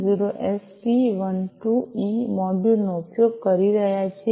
0SP12E module નો ઉપયોગ કરી રહ્યા છીએ